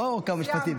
לא כמה משפטים.